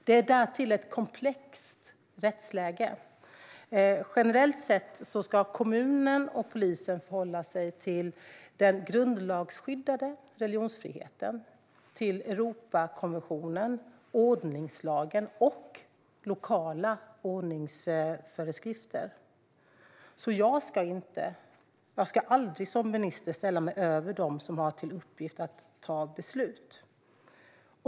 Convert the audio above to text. Det är därtill ett komplext rättsläge. Generellt sett ska kommunen och polisen förhålla sig till den grundlagsskyddade religionsfriheten, till Europakommissionen, till ordningslagen och till lokala ordningsföreskrifter. Jag ska aldrig som minister sätta mig över dem som har till uppgift att fatta beslut.